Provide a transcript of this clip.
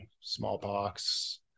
smallpox